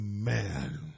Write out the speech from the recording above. Amen